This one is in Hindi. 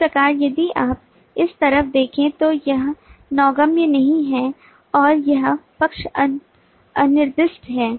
इस प्रकार यदि आप इस तरफ देखें तो यह नौगम्य नहीं है और यह पक्ष अनिर्दिष्ट है